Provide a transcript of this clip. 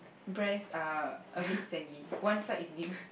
breast uh a bit saggy one side is bigger